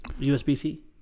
USB-C